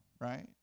right